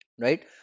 right